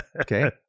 Okay